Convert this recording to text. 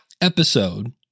episode